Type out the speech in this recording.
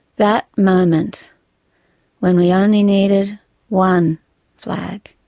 that moment when we only needed one flag,